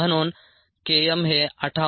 म्हणून k m हे 58